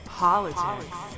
politics